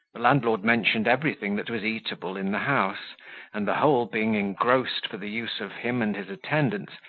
the landlord mentioned everything that was eatable in the house and the whole being engrossed for the use of him and his attendants,